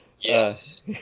Yes